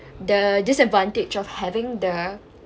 the disadvantage of having the